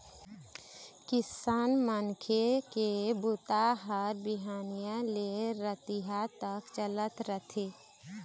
किसान मनखे के बूता ह बिहनिया ले रतिहा तक चलत रहिथे